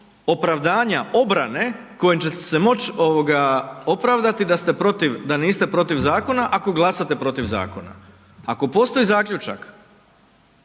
opravdanja obrane kojom ćete se moći opravdati da niste protiv zakona ako glasate protiv zakona. Ako postoji zaključak